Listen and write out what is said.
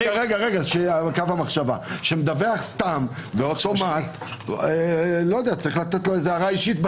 בנק שמדווח, סתם צריך לתת לו הערה אישית.